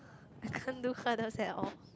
I can't do hurdles at all